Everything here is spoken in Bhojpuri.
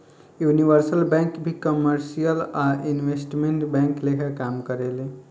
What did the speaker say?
यूनिवर्सल बैंक भी कमर्शियल आ इन्वेस्टमेंट बैंक लेखा काम करेले